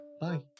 Bye